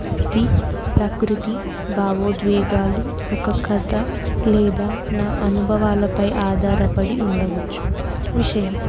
ప్రతి ప్రకృతి భావోద్వేగాలు ఒక కథ లేదా నా అనుభవాలపై ఆధారపడి ఉండవచ్చు విషయం